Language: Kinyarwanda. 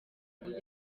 andi